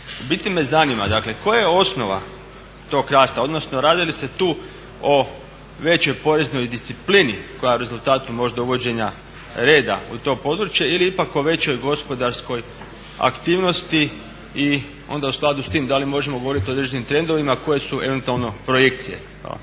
biti me zanima koja je osnova tog rasta odnosno radi li se tu o većoj poreznoj disciplini koja je rezultat možda uvođenja reda u to područje ili ipak o većoj gospodarskoj aktivnosti? I onda u skladu s tim da li možemo govoriti o određenim trendovima koje su eventualno projekcije?